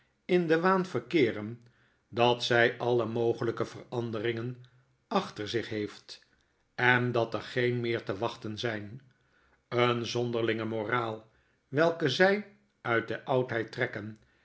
in den waan verkeeren dat zy alle mogelflke veranderingen achter zich heeft en dat er geen meer te wachten zijn een zonderlinge moraal welke zjj uit de oudheid trekken